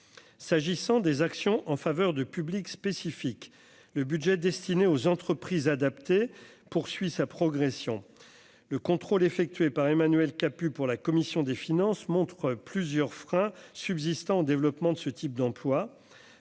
s'agissant des actions en faveur de publics spécifiques, le budget destiné aux entreprises adaptées, poursuit sa progression, le contrôle effectué par Emmanuel Capus pour la commission des finances montre plusieurs freins subsistant développement de ce type d'emploi